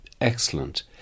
excellent